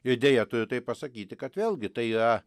idėją turi taip pasakyti kad vėlgi tai yra